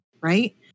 Right